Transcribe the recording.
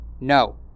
No